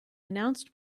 announced